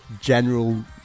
general